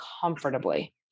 comfortably